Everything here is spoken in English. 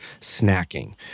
snacking